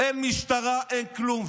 אין משטרה, אין כלום.